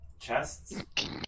Chests